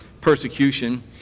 persecution